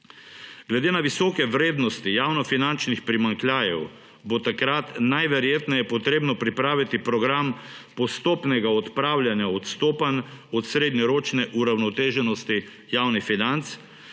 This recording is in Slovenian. Glede na visoke vrednosti javnofinančnih primanjkljajev bo takrat najverjetneje potrebno pripraviti program postopnega odpravljanja odstopanj od srednjeročne uravnoteženosti javnih financ,